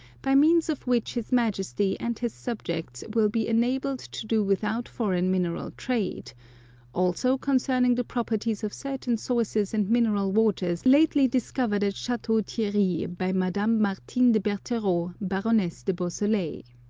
by means of which his majesty and his subjects will be enabled to do without foreign mineral trade also concerning the properties of certain sources and mineral waters lately discovered at chateau thierry by madame martine de bertereau, baroness de beausoleil,